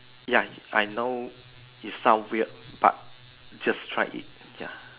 ya I know it sound weird but just try it ya